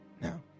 Now